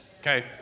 Okay